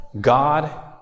God